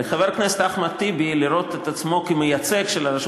לחבר הכנסת אחמד טיבי לראות את עצמו כמייצג של הרשות